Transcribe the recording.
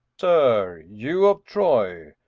sir, you of troy,